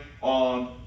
on